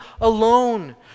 alone